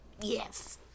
yes